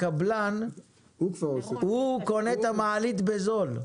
הקבלן, הוא קונה את המעלית בזול.